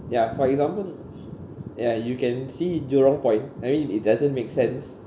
ya for example ya you can see jurong point I mean it doesn't make sense